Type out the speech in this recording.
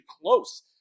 close